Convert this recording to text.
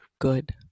Good